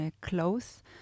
close